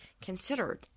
considered